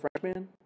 freshman